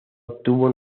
obtuvo